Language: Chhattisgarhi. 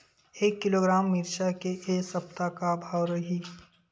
एक किलोग्राम मिरचा के ए सप्ता का भाव रहि?